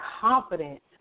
confident